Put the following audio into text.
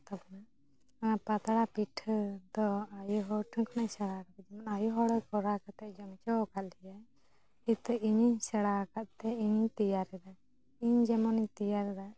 ᱚᱱᱟ ᱯᱟᱛᱲᱟ ᱯᱤᱴᱷᱟᱹ ᱫᱚ ᱟᱭᱳ ᱦᱚᱲ ᱴᱷᱮᱱ ᱠᱷᱚᱱᱟᱜ ᱤᱧ ᱥᱮᱬᱟᱣᱟᱠᱟᱫᱟ ᱚᱱᱟ ᱟᱭᱳ ᱦᱚᱲ ᱠᱚᱨᱟᱣ ᱠᱟᱛᱮ ᱡᱚᱢ ᱦᱚᱪᱚᱣᱟᱠᱟᱫ ᱞᱮᱭᱟᱭ ᱱᱤᱛᱳᱜ ᱤᱧᱤᱧ ᱥᱮᱬᱟ ᱟᱠᱟᱫ ᱛᱮ ᱤᱧᱤᱧ ᱛᱮᱭᱮᱨᱮᱫᱟ ᱤᱧ ᱡᱮᱢᱚᱱᱤᱧ ᱛᱮᱭᱟᱨᱮᱫᱟ